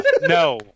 no